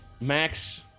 Max